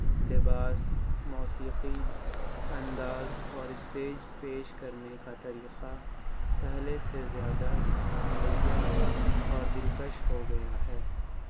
لباس موسیقی انداز اور اسٹیج پیش کرنے کا طریقہ پہلے سے زیادہ منظم اور دلکش ہو گیا ہے